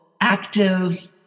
active